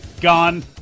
Gone